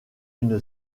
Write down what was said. une